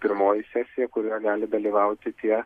pirmoji sesija kurioje gali dalyvauti tie